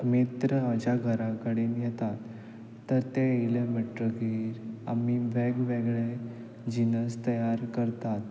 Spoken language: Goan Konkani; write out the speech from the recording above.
मित्र म्हाज्या घरा कडेन येतात तर ते येयले म्हणटगीर आमी वेगवेगळे जिनस तयार करतात